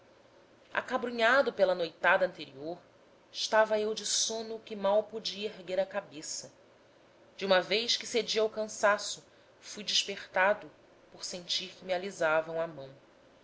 dormir acabrunhado pela noitada anterior estava eu de sono que mal podia erguer a cabeça de uma vez que cedi ao cansaço fui despertado por sentir que me alisavam a mão